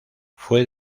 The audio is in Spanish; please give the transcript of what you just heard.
fue